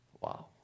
Wow